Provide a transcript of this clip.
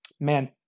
Man